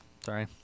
Sorry